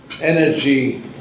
energy